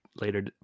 later